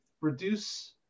reduce